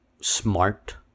smart